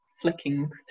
flicking